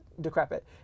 decrepit